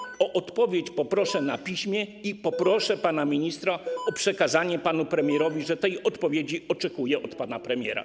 Poproszę o odpowiedź na piśmie i poproszę pana ministra o przekazanie panu premierowi, że tej odpowiedzi oczekuję od pana premiera.